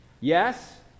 Yes